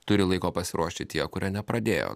turi laiko pasiruošti tie kurie nepradėjo